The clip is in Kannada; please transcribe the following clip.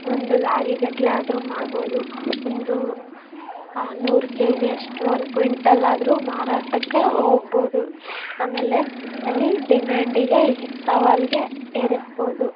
ಒಂದು ಲಾರಿ ಗಟ್ಟಲೇ ಆದ್ರೂ ಮಾಡ್ಬೋದು ಒಂದು ನೂರು ಕೆ ಜಿಯಷ್ಟು ಒಂದು ಕ್ವಿಂಟಾಲ್ ಆದ್ರೂ ಮಾರಾಟಕ್ಕೆ ಹೋಗ್ಬೋದು ಆಮೇಲೆ ಅಲ್ಲಿ ಡಿಮ್ಯಾಂಡಿಗೆ ಸವಾಲಿಗೆ ಏರಿಸ್ಬೋದು